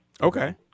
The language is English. Okay